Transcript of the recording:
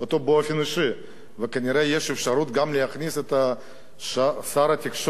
אבל כנראה יש אפשרות גם להכניס את שר התקשורת האלחוטית,